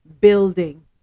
building